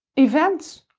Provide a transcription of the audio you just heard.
events,